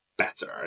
better